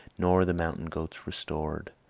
nor the mountain goats resorted,